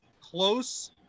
close